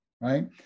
right